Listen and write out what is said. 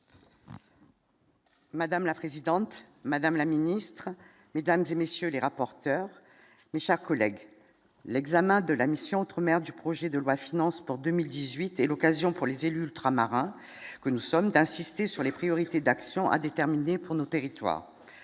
Madame la présidente, madame la Ministre Mesdames et messieurs les rapporteurs mais sa collègue l'examen de la mission outre-mer du projet de loi finance pour 2018 et est l'occasion pour les élus ultramarins que nous sommes, d'insister sur les priorités d'action à déterminer pour nos territoires